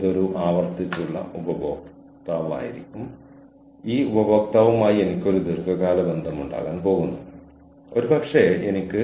ഇത് നമുക്കെല്ലാവർക്കും ബോർഡിലുള്ളവർക്കെല്ലാം ലഭ്യമാക്കിയിട്ടുള്ള ഒരു അവസരമാണ്